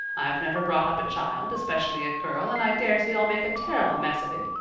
i've never brought up a child, especially a girl, and i dare say i'll make a terrible mess of it.